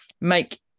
make